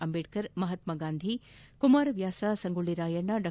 ಅಂಬೇಡ್ಕರ್ ಮಹಾತ್ಮ ಗಾಂಧಿಜೀ ಕುಮಾರವ್ಯಾಸ ಸಂಗೊಳ್ಳಿ ರಾಯಣ್ಣ ಡಾ